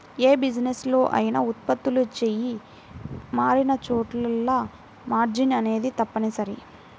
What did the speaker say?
యే బిజినెస్ లో అయినా ఉత్పత్తులు చెయ్యి మారినచోటల్లా మార్జిన్ అనేది తప్పనిసరి